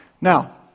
Now